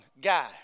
guy